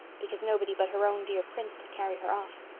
because nobody but her own dear prince could carry her off.